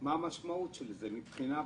אם כן, מה המשמעות של זה מבחינה בנקאית?